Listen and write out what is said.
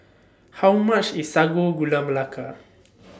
How much IS Sago Gula Melaka